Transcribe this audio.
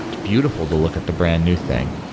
beautiful to look at the brand-new thing.